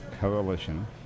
Coalition